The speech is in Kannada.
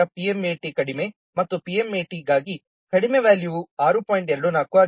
ಆದ್ದರಿಂದ PMAT ಕಡಿಮೆ ಮತ್ತು PMAT ಗಾಗಿ ಕಡಿಮೆ ವ್ಯಾಲ್ಯೂವು 6